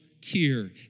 tear